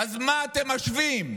אז מה אתם משווים?